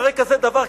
אחרי כזה דבר,